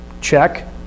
check